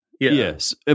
Yes